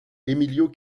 emilio